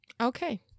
Okay